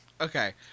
Okay